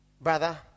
Brother